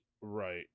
Right